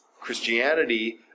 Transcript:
Christianity